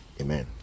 amen